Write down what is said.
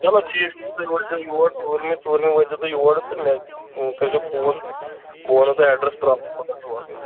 چلو ٹھیٖک چھُ تہٕ تُہۍ وٲتۍ زیو یور ژوٗرمہِ ژوٗرمہِ وٲتۍ زیو تُہۍ یور تہٕ مےٚ کٔرۍ زیو فون تہٕ بہٕ وَنو تۄہہِ ایڈرَس پرٛوپَر کَٮ۪ن چھِ واتُن